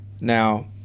now